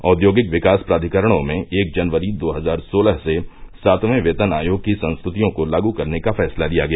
औद्योगिक विकास प्राधिकरणों में एक जनवरी दो हजार सोलह से सातवें वेतन आयोग की संस्तृतियों को लागू करने का फैसला लिया गया